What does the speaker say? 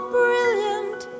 brilliant